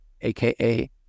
aka